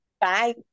bye